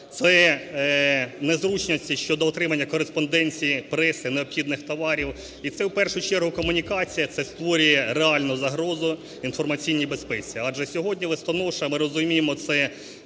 це незручності щодо отримання кореспонденції, преси, необхідних товарів. І це в першу чергу комунікація, це створює реальну загрозу інформаційній безпеці. Адже сьогодні листоноша, ми розуміємо,